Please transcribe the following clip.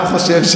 גם אני חושב.